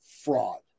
fraud